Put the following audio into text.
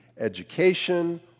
education